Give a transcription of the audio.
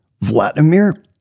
Vladimir